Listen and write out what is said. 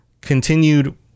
continued